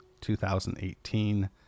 2018